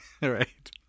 right